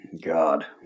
God